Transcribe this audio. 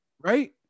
Right